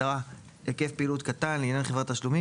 "היקף פעילות קטן" לעניין חברת תשלומים,